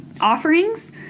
offerings